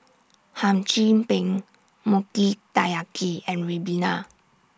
Hum Chim Peng Mochi Taiyaki and Ribena